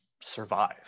survive